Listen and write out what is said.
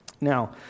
Now